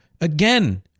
again